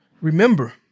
Remember